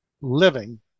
living